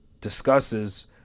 discusses